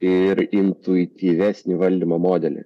ir intuityvesnį valdymo modelį